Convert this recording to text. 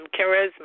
charisma